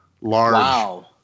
large